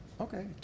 Okay